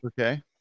Okay